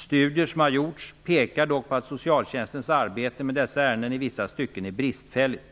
Studier som gjorts pekar dock på att socialtjänstens arbete med dessa ärenden i vissa stycken är bristfälligt.